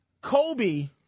Kobe